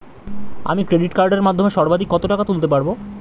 আমি ক্রেডিট কার্ডের মাধ্যমে সর্বাধিক কত টাকা তুলতে পারব?